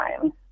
time